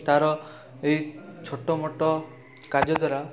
ତା'ର ଏଇ ଛୋଟମୋଟ କାର୍ଯ୍ୟ ଦ୍ୱାରା